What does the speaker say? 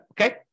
Okay